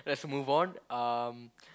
let's move on um